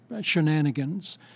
shenanigans